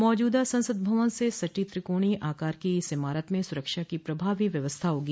मौजूदा संसद भवन से सटी त्रिकोणीय आकार की इस इमारत म सुरक्षा की प्रभावी व्यवस्था होगी